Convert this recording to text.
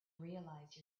realize